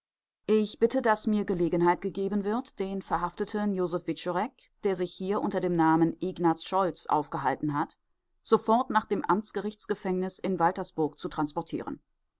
ich bitte daß mir gelegenheit gegeben wird den verhafteten josef wiczorek der sich hier unter dem namen ignaz scholz aufgehalten hat sofort nach dem amtsgerichtsgefängnis in waltersburg zu transportieren